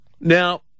Now